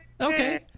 Okay